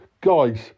guys